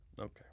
Okay